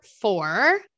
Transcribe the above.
four